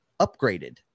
upgraded